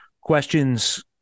questions